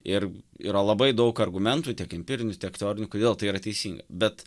ir yra labai daug argumentų tiek empirinių tiek teorinių kodėl tai yra teisinga bet